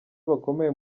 bakomeye